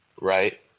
right